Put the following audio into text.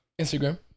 Instagram